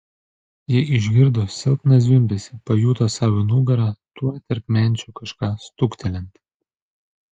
ji išgirdo silpną zvimbesį pajuto sau į nugarą tuoj tarp menčių kažką stuktelint